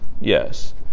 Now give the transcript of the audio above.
yes